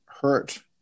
hurt